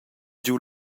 giu